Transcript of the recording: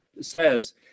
says